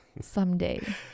Someday